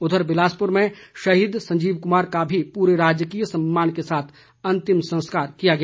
उधर बिलासपुर में शहीद संजीव कुमार का भी पूरे राजकीय सम्मान के साथ अंतिम संस्कार किया गया